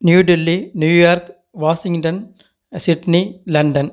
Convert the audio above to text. New Delhi New York Washington Sydney London